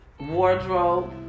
wardrobe